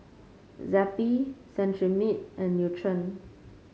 Zappy Cetrimide and Nutren